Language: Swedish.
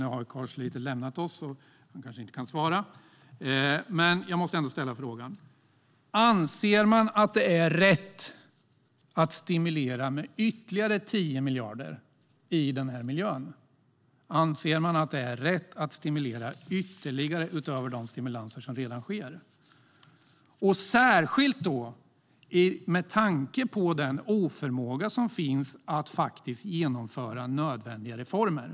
Nu har Carl Schlyter lämnat kammaren och kan kanske inte svara, men jag måste ändå ställa frågan: Anser man att det är rätt att stimulera med ytterligare 10 miljarder i denna miljö, utöver de stimulanser som redan sker, särskilt med tanke på den oförmåga som finns när det gäller att genomföra nödvändiga reformer?